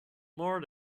more